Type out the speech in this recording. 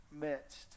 midst